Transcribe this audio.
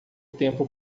tempo